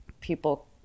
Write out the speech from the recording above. people